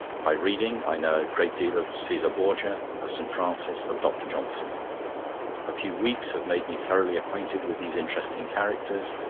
by reading i know a great deal of caesar borgia, of st. francis, of dr. johnson a few weeks have made me thoroughly acquainted with these interesting characters,